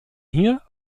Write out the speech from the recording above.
hier